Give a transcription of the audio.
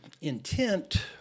intent